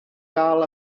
gael